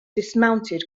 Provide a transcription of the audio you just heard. dismounted